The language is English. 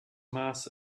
mass